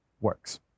works